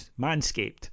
Manscaped